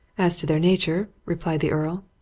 as to their nature, replied the earl,